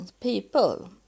people